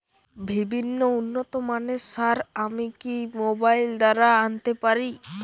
বিভিন্ন উন্নতমানের সার আমি কি মোবাইল দ্বারা আনাতে পারি?